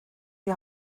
die